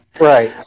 Right